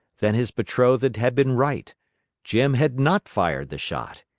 then his betrothed had been right jim had not fired the shot!